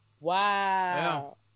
wow